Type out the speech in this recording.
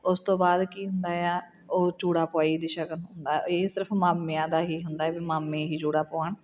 ਉਸ ਤੋਂ ਬਾਅਦ ਕੀ ਹੁੰਦਾ ਆ ਉਹ ਚੂੜਾ ਪੁਆਈ ਦੀ ਸ਼ਗਨ ਹੁੰਦਾ ਇਹ ਸਿਰਫ ਮਾਮਿਆਂ ਦਾ ਹੀ ਹੁੰਦਾ ਵੀ ਮਾਮੇ ਹੀ ਚੂੜਾ ਪੁਆਉਣ